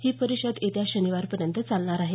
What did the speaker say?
ही परिषद येत्या शनिवारपर्यंत चालणार आहे